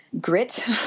grit